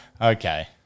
Okay